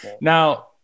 Now